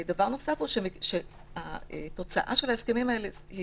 דבר נוסף, התוצאה של ההסכמים האלה היא